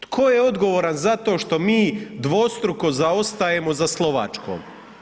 Tko je odgovoran zato što mi dvostruko zaostajemo za Slovačkom?